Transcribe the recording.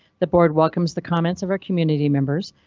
the board welcomes the comments of our community members,